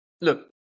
look